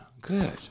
good